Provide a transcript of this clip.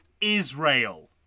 Israel